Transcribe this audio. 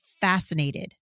fascinated